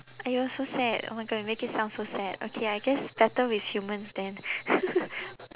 !aiyo! so sad oh my god you make it sound so sad okay I guess better with humans then